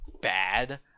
bad